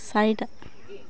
চাৰিটা